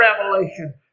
Revelation